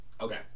Okay